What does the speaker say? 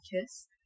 kiss